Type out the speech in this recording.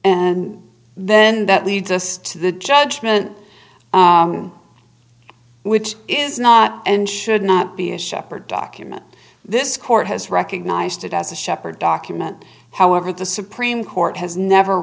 and then that leads us to the judgment which is not and should not be a shepherd document this court has recognized it as a shepherd document however the supreme court has never